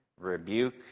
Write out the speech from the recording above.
rebuke